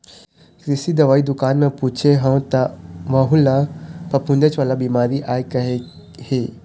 कृषि दवई दुकान म पूछे हव त वहूँ ल फफूंदेच वाला बिमारी आय कहे हे